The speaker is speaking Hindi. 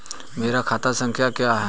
मेरा खाता संख्या क्या है?